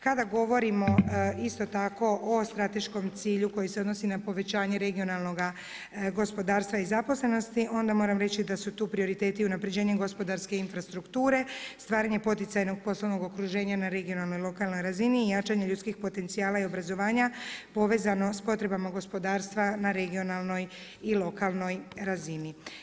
Kada govorimo isto tako o strateškom cilju koji se odnosi na povećanje regionalnoga gospodarstva i zaposlenosti onda moram reći da su tu prioriteti unapređenje gospodarske infrastrukture, stvaranje poticajnog poslovnog okruženja na regionalnoj i lokalnoj razini, jačanje ljudskih potencijala i obrazovanja, povezano s potrebama gospodarstva na regionalnoj i lokalnoj razini.